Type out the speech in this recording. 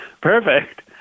Perfect